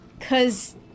Cause